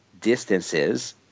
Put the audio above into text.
distances